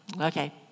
okay